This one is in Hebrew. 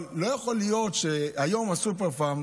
אבל לא יכול להיות שהיום הסופר-פארם,